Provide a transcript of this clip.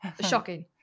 Shocking